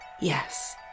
Yes